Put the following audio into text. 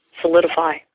solidify